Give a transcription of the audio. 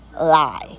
lie